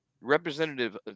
representative